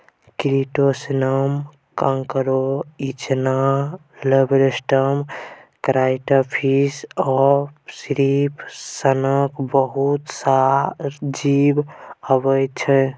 क्रुटोशियनमे कांकोर, इचना, lobster, crayfish आ श्रिंप सनक बहुत रास जीब अबै छै